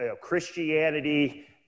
Christianity